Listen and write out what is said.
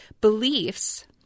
beliefs